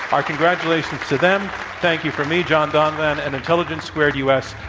our congratulations to them. thank you from me, john donvan, and intelligence squared us.